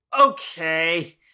okay